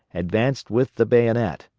advanced with the bayonet,